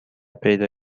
پیدا